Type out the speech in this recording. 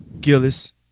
Gillis